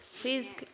Please